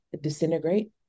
disintegrate